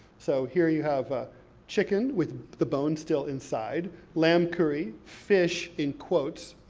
so here you have ah chicken with the bone still inside, lamb curry, fish, in quotes,